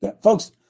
Folks